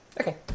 Okay